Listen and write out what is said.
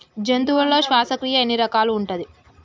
జంతువులలో శ్వాసక్రియ ఎన్ని రకాలు ఉంటది?